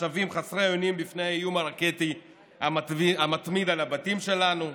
התושבים חסרי אונים בפני האיום הרקטי המתמיד על הבתים שלנו,